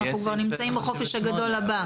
אנחנו כבר נמצאים בחופש הגדול הבא.